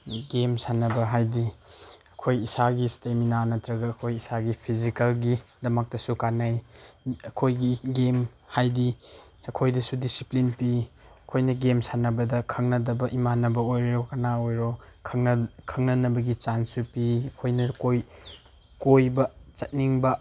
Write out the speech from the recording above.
game ꯁꯥꯟꯅꯕ ꯍꯥꯏꯗꯤ ꯑꯩꯈꯣꯏ ꯏꯁꯥꯒꯤ ꯏꯁꯇꯦꯃꯤꯅꯥ ꯅꯠꯇ꯭ꯔꯒ ꯑꯩꯈꯣꯏ ꯏꯁꯥꯒꯤ ꯐꯤꯖꯤꯀꯦꯜꯒꯤꯗꯃꯛꯇꯁꯨ ꯀꯥꯟꯅꯩ ꯑꯩꯈꯣꯏꯒꯤ ꯒꯦꯝ ꯍꯥꯏꯗꯤ ꯑꯩꯈꯣꯏꯗꯁꯨ ꯗꯤꯁꯤꯄ꯭ꯂꯤꯟ ꯄꯤ ꯑꯩꯈꯣꯏꯅ ꯒꯦꯝ ꯁꯥꯟꯅꯕꯗ ꯈꯪꯅꯗꯕ ꯏꯃꯥꯟꯅꯕ ꯑꯣꯏꯔꯣ ꯀꯅꯥ ꯑꯣꯏꯔꯣ ꯈꯪꯅꯅꯕꯒꯤ ꯆꯥꯡꯁꯁꯨ ꯄꯤ ꯑꯩꯈꯣꯏꯅ ꯀꯣꯏ ꯀꯣꯏꯕ ꯆꯠꯅꯤꯡꯕ